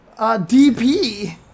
DP